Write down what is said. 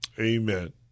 amen